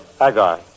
Agar